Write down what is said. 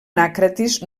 naucratis